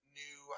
new